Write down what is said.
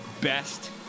best